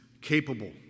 capable